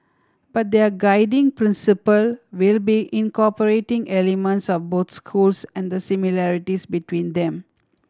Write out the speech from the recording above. but their guiding principle will be incorporating elements of both schools and the similarities between them